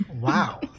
Wow